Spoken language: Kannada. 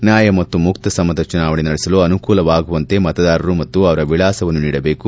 ನ್ನಾಯ ಮತ್ತು ಮುಕ್ತ ಸಮ್ನತ ಚುನಾವಣೆ ನಡೆಸಲು ಅನುಕೂಲವಾಗುವಂತೆ ಮತದಾರರು ಹಾಗೂ ಅವರ ವಿಳಾಸವನ್ನು ನೀಡಬೇಕು